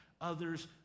others